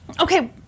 okay